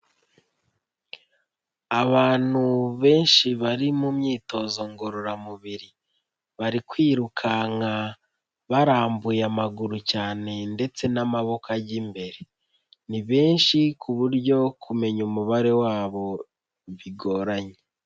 Abantu benshi bari mu myitozo ngororamubiri. bari kwirukanka barambuye amaguru cyane ndetse n'amaboko ajya imbere. Ni benshi ku buryo kumenya umubare wabo bigoranye.